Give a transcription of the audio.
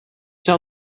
sell